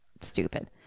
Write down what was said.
stupid